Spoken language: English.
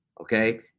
okay